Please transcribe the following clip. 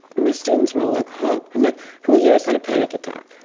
my students were all like, huh? i'm like, who here has had a panic attack?